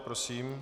Prosím.